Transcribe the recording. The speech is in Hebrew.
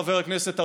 חבר הכנסת ארבל,